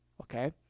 okay